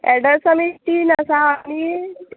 idols आमी तीन आसा आनी